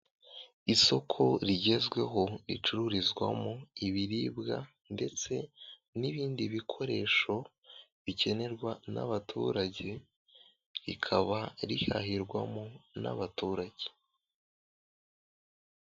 Isoko rigezweho ricururizwamo ibiribwa ndetse n'ibindi bikoresho bikenerwa n'abaturage rikaba rihahirwamo n'abaturage.